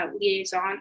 liaison